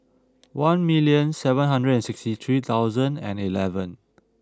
one million seven hundred and sixty three thousand and eleven